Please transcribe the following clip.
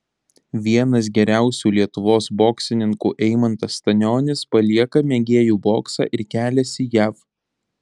vienas geriausių lietuvos boksininkų eimantas stanionis palieką mėgėjų boksą ir keliasi jav